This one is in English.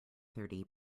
thirty